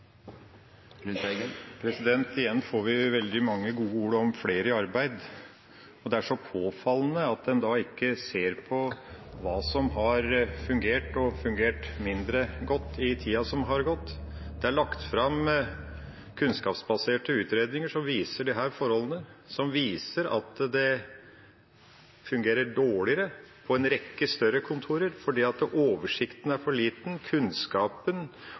Igjen får vi veldig mange gode ord om flere i arbeid. Det er påfallende at en da ikke ser på hva som har fungert, og hva som har fungert mindre godt i tida som har gått. Det er lagt fram kunnskapsbaserte utredninger som viser disse forholdene, som viser at det fungerer dårligere på en rekke større kontorer fordi oversikten er for liten, kunnskapen